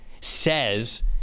says